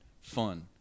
fun